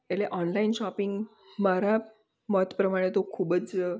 એટલે online shopping મારા મત પ્રમાણે તો ખૂબ જ